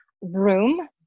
room